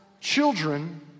children